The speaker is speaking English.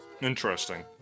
Interesting